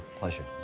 pleasure,